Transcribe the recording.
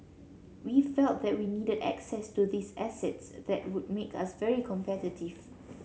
we felt that we needed access to these assets that would make us very competitive